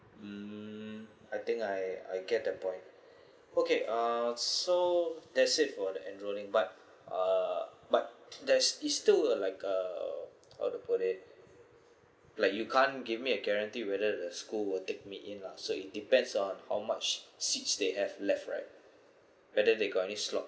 mm I think I I get that point okay err so that's it for the enrolling but uh but there's is still uh like like uh how to put it like you can't give me a guarantee whether the school will take me in lah so it depends on how much seats they have left right whether they got any slot